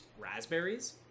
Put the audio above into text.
raspberries